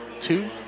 two